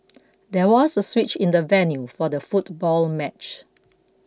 there was a switch in the venue for the football match